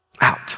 out